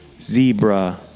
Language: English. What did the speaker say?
zebra